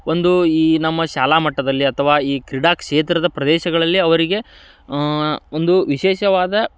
ಒಂದು ಈ ನಮ್ಮ ಶಾಲಾ ಮಟ್ಟದಲ್ಲಿ ಅಥವಾ ಈ ಕ್ರೀಡಾ ಕ್ಷೇತ್ರದ ಪ್ರದೇಶಗಳಲ್ಲಿ ಅವರಿಗೆ ಒಂದು ವಿಶೇಷವಾದ